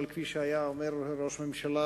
אבל כמו שאמר מי שהיה ראש הממשלה,